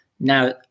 Now